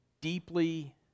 deeply